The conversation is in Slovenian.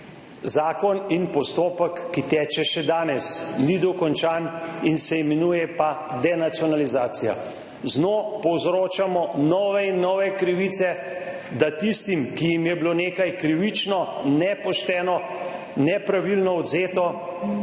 zakon in postopek, ki teče še danes, ni dokončan in se imenuje denacionalizacija. Z njo povzročamo nove in nove krivice, da tistim, ki jim je bilo nekaj krivično, nepošteno, nepravilno odvzeto,